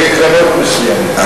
ואני נאחז בקרנות מסוימות.